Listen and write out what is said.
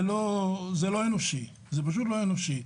זה לא אנושי, זה פשוט לא אנושי.